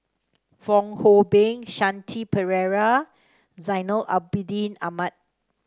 Fong Hoe Beng Shanti Pereira Zainal Abidin Ahmad